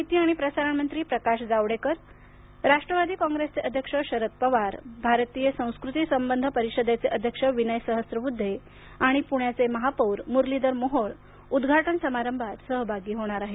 माहिती आणि प्रसारण मंत्री प्रकाश जावडेकर राष्ट्रवादी काँग्रेसचे अध्यक्ष शरद पवार भारतीय संस्कृती संबंध परिषदेचे अध्यक्ष विनय सहस्रबुद्धे आणि पुण्याचे महापौर मुरलीधर मोहोळ उद्घाटन समारंभात सहभागी होणार आहेत